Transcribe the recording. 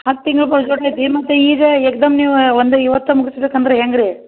ಹತ್ತು ತಿಂಗ್ಳು ಪ್ರಜೋಟ್ ಐತಿ ಮತ್ತು ಈಗ ಏಕ್ದಮ್ ನೀವು ಒಂದು ಇವತ್ತು ಮುಗಸ್ಬೇಕಂದ್ರೆ ಹೆಂಗೆ ರೀ